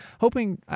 hoping